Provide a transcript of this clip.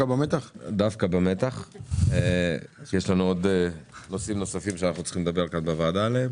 יש לנו עוד נושאים נוספים שאנחנו צריכים לדבר עליהם בוועדה,